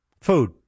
Food